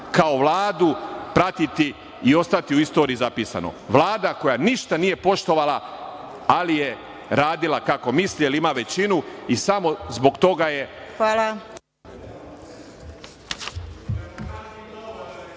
kao Vladu pratiti i ostati u istoriji zapisano. Vlada koja ništa nije poštovala, ali je radila kako misli, jer ima većinu i samo zbog toga je…